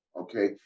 Okay